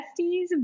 besties